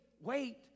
wait